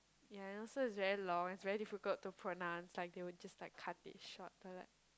yea and also is very long is very difficult to pronounce like they will just like cut it shorter